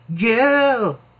Girl